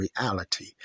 reality